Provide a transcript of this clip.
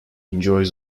enjoys